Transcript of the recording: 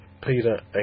Peter